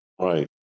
Right